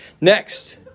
Next